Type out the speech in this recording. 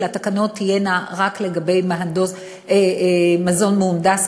התקנות תהיינה רק לגבי מזון מהונדס,